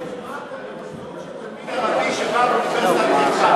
משמעות שתלמיד ערבי שבא לאוניברסיטת חיפה,